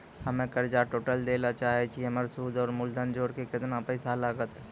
हम्मे कर्जा टोटल दे ला चाहे छी हमर सुद और मूलधन जोर के केतना पैसा लागत?